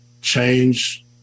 change